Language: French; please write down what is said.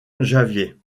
javier